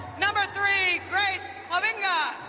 number three, grace hovenga